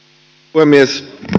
puhemies